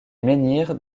menhirs